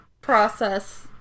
process